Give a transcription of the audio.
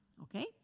okay